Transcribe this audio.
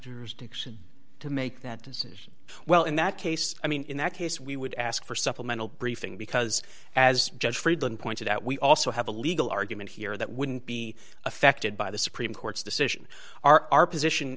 dickson to make that decision well in that case i mean in that case we would ask for supplemental briefing because as judge friedman pointed out we also have a legal argument here that wouldn't be affected by the supreme court's decision our position